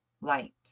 light